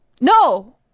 No